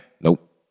Nope